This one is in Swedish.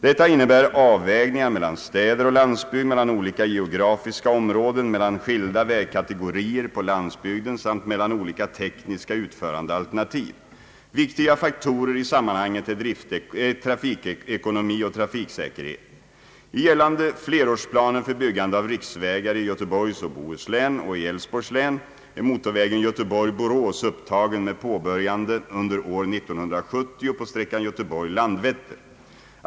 Detta innebär avvägningar mellan städer och landsbygd, mellan olika geografiska områden, mellan skilda vägkategorier på landsbygden samt mellan olika tekniska utförandealternativ. Viktiga faktorer i sammanhanget är trafikekonomi och trafiksäkerhet. I gällande flerårsplaner för byggande av riksvägar i Göteborgs och Bohus län och i Älvsborgs län är motorvägen Göteborg—Borås upptagen med påbörjande under år 1970 på sträckan Götehborg—Landvetter.